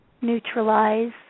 neutralize